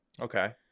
Okay